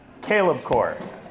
CalebCore